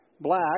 Black